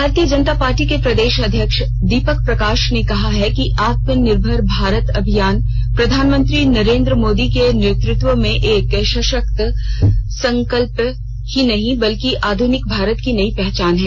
भारतीय जनता पार्टी के प्रदेष अध्यक्ष दीपक प्रकाष ने कहा है कि आत्मनिर्भर भारत अभियान प्रधानमंत्री नरेंद्र मोदी के नेतृत्व में एक सषक्त संकल्प ही नहीं बल्कि आधुनिक भारत की नई पहचान है